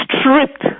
stripped